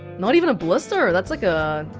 not even blister, that's like a,